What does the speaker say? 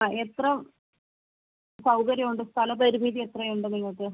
അ എത്ര സൗകര്യമുണ്ട് സ്ഥലപരിമിതി എത്രയുണ്ട് നിങ്ങൾക്ക്